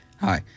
Hi